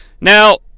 Now